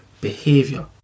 behavior